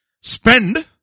spend